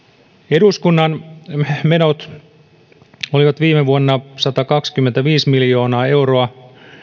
eduskunnan menot olivat viime vuonna satakaksikymmentäviisi miljoonaa euroa